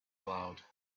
aloud